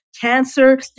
cancer